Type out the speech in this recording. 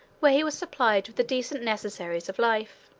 where he was supplied with the decent necessaries of life.